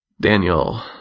Daniel